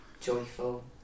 joyful